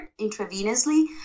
intravenously